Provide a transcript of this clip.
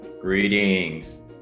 Greetings